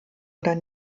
oder